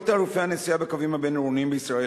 כל תעריפי הנסיעה בקווים הבין-עירוניים בישראל